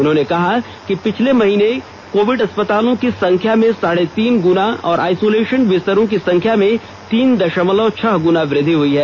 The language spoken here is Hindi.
उन्होंने कहा कि पिछले महीने से कोविंड अस्पतालों की संख्या में साढ़े तीन गुना और आइसोलेशन बिस्तरों की संख्या में तीन दशमलव छह गुना वृद्धि हुई है